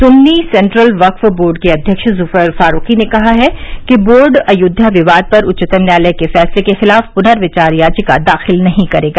Sunni central वक्फ board के अध्यक्ष जुफर फारूकी ने कहा है कि बोर्ड अयोध्या विवाद पर उच्चतम न्यायालय के फैसले के खिलाफ पुनर्विचार याचिका दाखिल नहीं करेगा